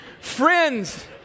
Friends